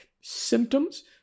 symptoms